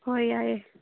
ꯍꯣꯏ ꯌꯥꯏꯌꯦ